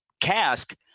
cask